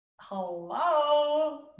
hello